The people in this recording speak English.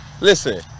listen